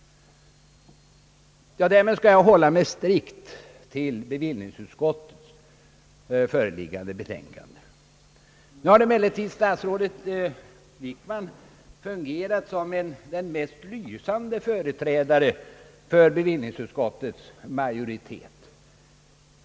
Därmed skall jag hålla mig strikt till bevillningsutskottets föreliggande betänkande. Nu har emellertid statsrådet Wickman fungerat som den mest lysande företrädare för bevillningsutskottets majoritet.